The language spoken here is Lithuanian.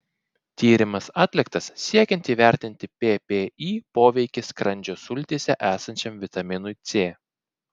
tyrimas atliktas siekiant įvertinti ppi poveikį skrandžio sultyse esančiam vitaminui c